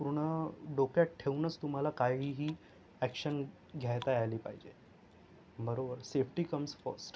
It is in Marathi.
पूर्ण डोक्यात ठेवूनच तुम्हाला काहीही अॅक्शन घेता आली पाहिजे बरोबर सेफ्टी कम्स फर्स्ट